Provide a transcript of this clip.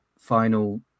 final